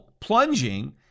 plunging